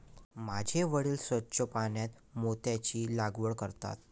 माझे वडील स्वच्छ पाण्यात मोत्यांची लागवड करतात